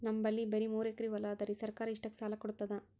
ನಮ್ ಬಲ್ಲಿ ಬರಿ ಮೂರೆಕರಿ ಹೊಲಾ ಅದರಿ, ಸರ್ಕಾರ ಇಷ್ಟಕ್ಕ ಸಾಲಾ ಕೊಡತದಾ?